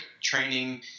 training